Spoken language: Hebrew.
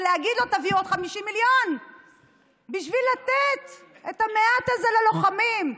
ולהגיד לו: תביא עוד 50 מיליון בשביל לתת את המעט הזה ללוחמים?